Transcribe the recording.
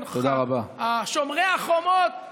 אתה פרקליט מדינה,